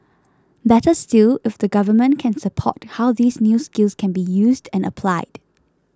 better still if the government can support how these new skills can be used and applied